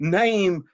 name